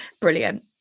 brilliant